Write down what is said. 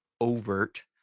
overt